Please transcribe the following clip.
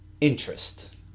interest